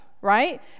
right